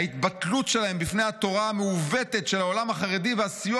ההתבטלות שלהם בפני התורה המעוותת של העולם החרדי והסיוע